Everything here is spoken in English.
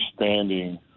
understanding